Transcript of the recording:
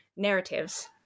Narratives